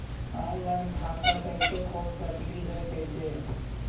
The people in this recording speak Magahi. ऑनलाइन खाता कैसे खोल सकली हे कैसे?